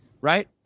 Right